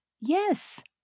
Yes